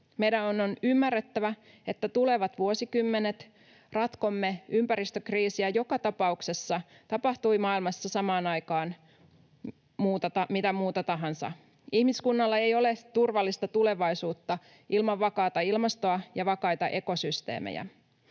Meidän on ymmärrettävä, että tulevat vuosikymmenet ratkomme ympäristökriisiä joka tapauksessa, tapahtui maailmassa samaan aikaan mitä muuta tahansa. Ihmiskunnalla ei ole turvallista tulevaisuutta ilman vakaata ilmastoa ja vakaita ekosysteemejä,